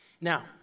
Now